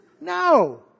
No